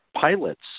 pilots